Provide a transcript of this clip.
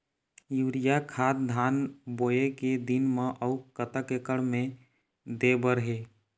Urea खाद धान बोवे के दिन म अऊ कतक एकड़ मे दे बर हे?